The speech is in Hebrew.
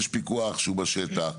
יש פיקוח שהוא בשטח.